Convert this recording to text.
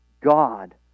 God